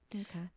Okay